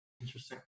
Interesting